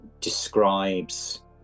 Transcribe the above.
describes